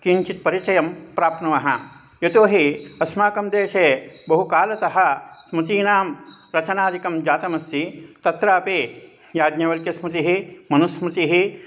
किञ्चित् परिचयं प्राप्नुमः यतोहि अस्माकं देशे बहुकालतः स्मृतीनां रचनादिकं जातमस्ति तत्रापि याज्ञवल्क्यस्मृतिः मनुस्मृतिः